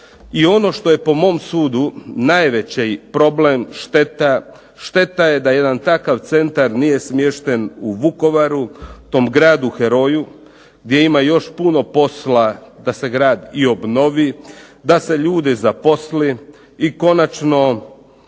i ono što je po mom sudu najveći problem, šteta, šteta je da jedan takav centar nije smješten u Vukovaru, tom gradu heroju gdje ima još puno posla da se grad i obnovi, da se ljude zaposli. I konačno